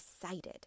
decided